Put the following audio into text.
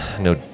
No